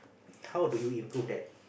how do you improve that